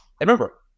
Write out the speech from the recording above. remember